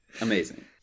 amazing